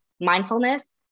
mindfulness